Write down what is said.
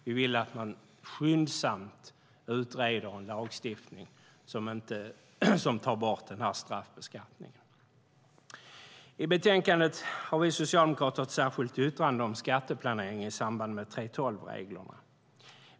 Vi vill att det skyndsamt ska tillsättas en utredning för att ta bort straffbeskattningen. I betänkandet har vi socialdemokrater ett särskilt yttrande om skatteplanering i samband med 3:12-reglerna.